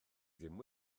ddim